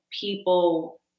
people